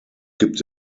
gibt